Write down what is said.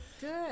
Good